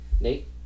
Nate